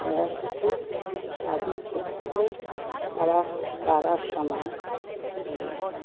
मेरा ससुर शादी के में बड़ा सारा सामान लिए हैं